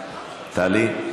טלי.